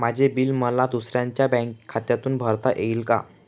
माझे बिल मला दुसऱ्यांच्या बँक खात्यातून भरता येईल का?